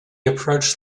approached